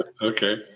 Okay